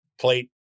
plate